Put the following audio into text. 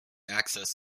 access